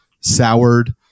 soured